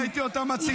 אני ראיתי אותה מציתה.